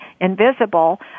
invisible